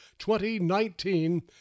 2019